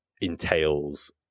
entails